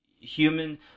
Human